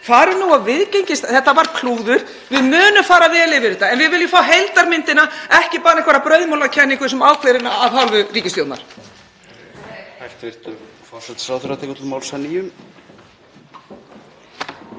(Forseti hringir.) Þetta var klúður. Við munum fara vel yfir þetta en við viljum fá heildarmyndina, ekki bara einhverja brauðmolakenningu sem ákveðin var af hálfu ríkisstjórnar.